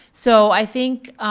so i think